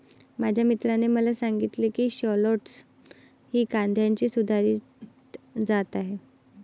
माझ्या मित्राने मला सांगितले की शालॉट्स ही कांद्याची सुधारित जात आहे